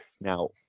Now